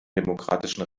demokratischen